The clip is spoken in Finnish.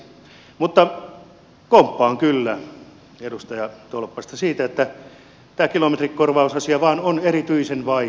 mutta komppaan kyllä edustaja tolppasta siinä että tämä kilometrikorvausasia vain on erityisen vaikea